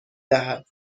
دهد